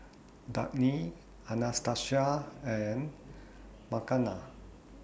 Dagny Anastasia and Makenna